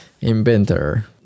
Inventor